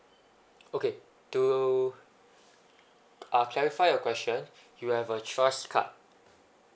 okay to uh clarify your question you have a trust card